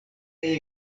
kaj